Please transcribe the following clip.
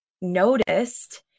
noticed